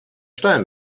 steuern